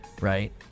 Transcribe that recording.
right